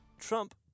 Trump